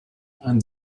and